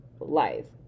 life